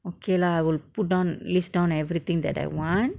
okay lah I will put down list down everything that I want